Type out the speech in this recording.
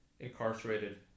incarcerated